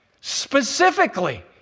specifically